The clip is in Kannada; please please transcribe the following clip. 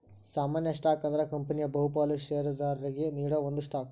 ಸಾಮಾನ್ಯ ಸ್ಟಾಕ್ ಅಂದ್ರ ಕಂಪನಿಯ ಬಹುಪಾಲ ಷೇರದಾರರಿಗಿ ನೇಡೋ ಒಂದ ಸ್ಟಾಕ್